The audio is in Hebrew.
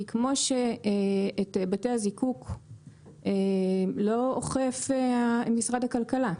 כי כמו שאת בתי הזיקוק לא אוכף משרד הכלכלה,